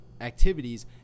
activities